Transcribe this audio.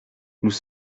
nous